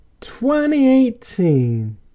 2018